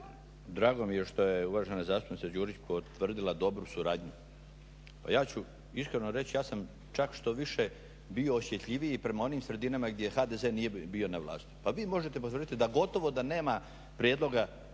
Drago mi je što je uvažena zastupnica Đurić potvrdila dobru suradnju. Ja ću iskreno reći ja sam čak što više bio osjetljiviji prema onim sredinama gdje HDZ nije bio na vlasti. vi možete potvrditi da gotovo nema prijedloga